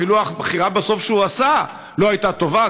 אפילו הבחירה שהוא עשה בסוף לא הייתה טובה,